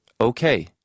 okay